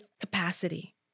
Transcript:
capacity